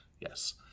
Yes